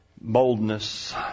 Boldness